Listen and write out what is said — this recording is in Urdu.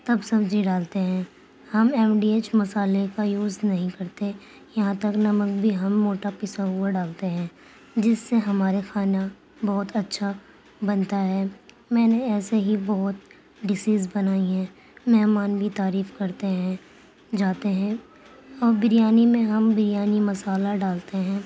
تب سبزی ڈالتے ہیں ہم ایم ڈی ایچ مسالے کا یوز نہیں کرتے یہاں تک نمک بھی ہم موٹا پسا ہوا ڈالتے ہیں جس سے ہمارے کھانا بہت اچھا بنتا ہے میں نے ایسے ہی بہت ڈسز بنائی ہیں مہمان بھی تعریف کرتے ہیں جاتے ہیں اور بریانی میں ہم بریانی مسالہ ڈالتے ہیں